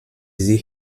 sie